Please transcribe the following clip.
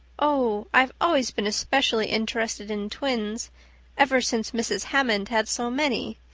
oh, i've always been especially interested in twins ever since mrs. hammond had so many,